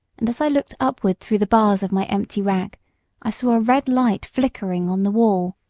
and as i looked upward through the bars of my empty rack i saw a red light flickering on the wall.